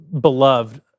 beloved